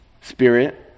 spirit